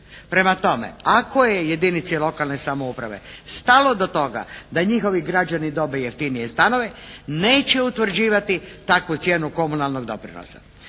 Prema tome ako je jedinici lokalne samouprave stalo do toga da njihovi građani dobiju jeftinije stanove, neće utvrđivati takvu cijenu komunalnog doprinosa.